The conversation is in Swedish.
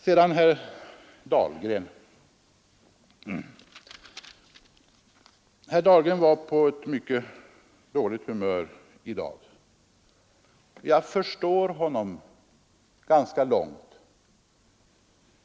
Sedan skall jag bemöta herr Dahlgren, som var på mycket dåligt humör i dag.